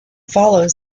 follows